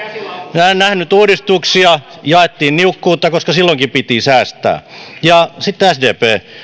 minä en nähnyt uudistuksia jaettiin niukkuutta koska silloinkin piti säästää ja sdp